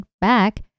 back